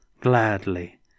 gladly